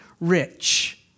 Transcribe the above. rich